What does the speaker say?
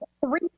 three